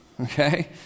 Okay